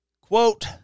quote